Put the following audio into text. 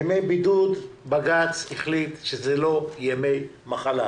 ימי בידוד, בג"ץ החליט שזה לא ימי מחלה.